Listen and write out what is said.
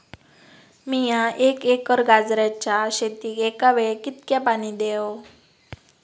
मीया एक एकर गाजराच्या शेतीक एका वेळेक कितक्या पाणी देव?